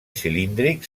cilíndric